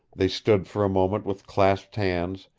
they stood for a moment with clasped hands,